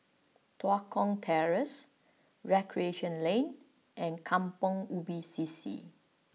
Tua Kong Terrace Recreation Lane and Kampong Ubi C C